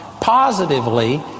positively